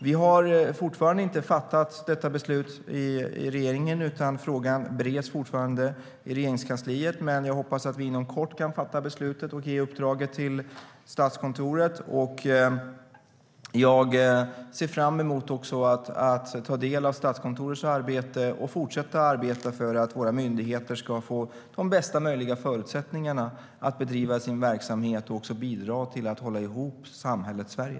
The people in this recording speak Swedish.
Regeringen har inte fattat detta beslut ännu. Frågan bereds fortfarande i Regeringskansliet. Men jag hoppas att vi inom kort kan fatta beslutet och ge uppdraget till Statskontoret. Jag ser också fram emot att ta del av Statskontorets arbete och fortsätta arbeta för att våra myndigheter ska få bästa möjliga förutsättningar för att bedriva sin verksamhet och bidra till att hålla ihop samhället Sverige.